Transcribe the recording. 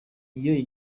iyo